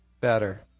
better